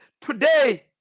Today